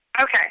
Okay